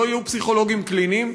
לא יהיו פסיכולוגים קליניים,